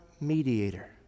mediator